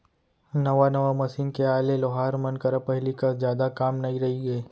नवा नवा मसीन के आए ले लोहार मन करा पहिली कस जादा काम नइ रइगे